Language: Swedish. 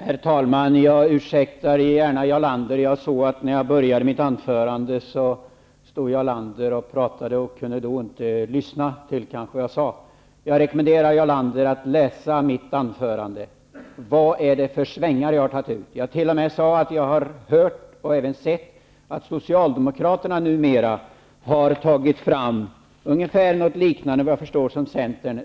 Herr talman! Jag ursäktar gärna Jarl Lander. När jag inledde mitt huvudanförande stod Jarl Lander och pratade med någon. Kanske kunde han då inte lyssna på det som jag sade. Jag rekommenderar Jarl Lander att läsa mitt anförande när protokollet för i dag kommer. Vad är det för svängar som jag har tagit ut? Jag har ju t.o.m. sagt att jag både hört och sett att Socialdemokraterna numera har önskemål, ungefär som Centern,